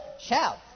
Shout